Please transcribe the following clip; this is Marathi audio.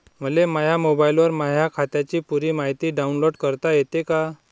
मले माह्या मोबाईलवर माह्या खात्याची पुरी मायती डाऊनलोड करता येते का?